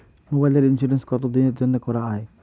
মোবাইলের ইন্সুরেন্স কতো দিনের জন্যে করা য়ায়?